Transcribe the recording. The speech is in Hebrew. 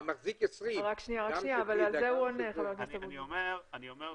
אני מחזיק 20. אני אומר שוב,